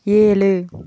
ஏழு